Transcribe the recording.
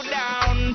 down